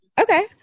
Okay